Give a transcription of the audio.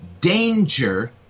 danger